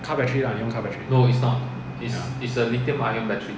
car battery lah 你用 car battery